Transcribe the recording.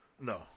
No